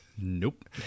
Nope